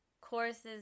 courses